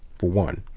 for one.